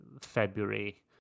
february